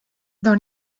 dans